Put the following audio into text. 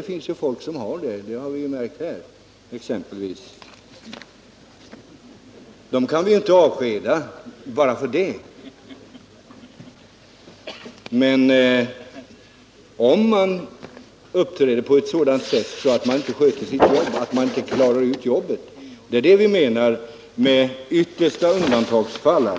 Det finns ju folk som har det - det har vi ju märkt exempelvis här. Men man kan ju inte avskeda folk bara därför. Det är i korthet vad vi menar med yttersta undantagsfall.